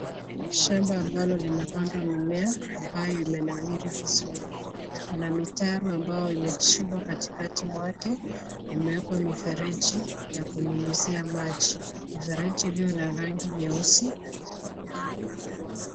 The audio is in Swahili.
Shamba ambalo limepandwa mimea ambayo imenawiri vizuri. Kuna mitaro ambayo imechimbwa katikati mwake, imewekwa mifereji ya kunyunyuzia maji. Mifereji iliyo na rangi nyeusi.